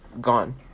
gone